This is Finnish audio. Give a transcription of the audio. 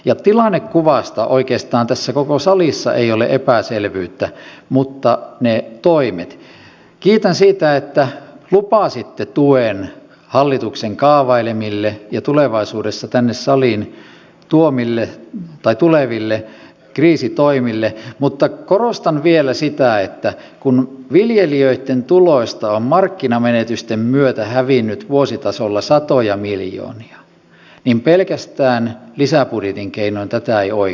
tilannekuvasta oikeastaan tässä koko salissa ei ole epäselvyyttä ja kiitän siitä että lupasitte tuen hallituksen kaavailemille ja tulevaisuudessa tänne saliin tuleville kriisitoimille mutta korostan vielä sitä että kun viljelijöitten tuloista on markkinamenetysten myötä hävinnyt vuositasolla satoja miljoonia niin pelkästään lisäbudjetin keinoin tätä ei oikaista